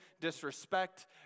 disrespect